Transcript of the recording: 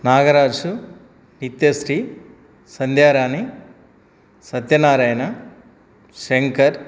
Nagaraju Nithyasri Sandhyarani Satyanarayana Shankar